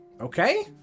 Okay